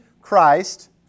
Christ